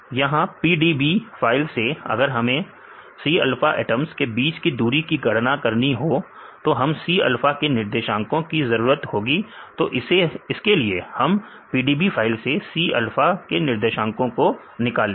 यहां PDB file से अगर हमें C अल्फा एटम्स के बीच की दूरी की गणना करनी हो तो हमें C अल्फा के निर्देशांको की जरूरत होगी तो इसके लिए हम PDB फाइल से C अल्फा के निर्देशांको को निकाल लेंगे